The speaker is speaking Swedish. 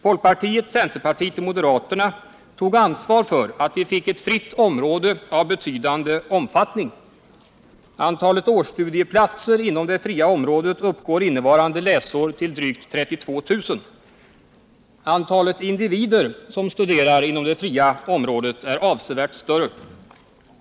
Folkpartiet, centerpartiet och moderaterna tog ansvar för att vi fick ett fritt område av betydande omfattning. Antalet årsstudieplatser inom det fria området uppgår innevarande läsår till drygt 81 32 000. Antalet individer som studerar inom det fria området är avsevärt större.